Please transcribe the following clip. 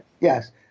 Yes